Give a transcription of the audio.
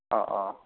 ആ ആ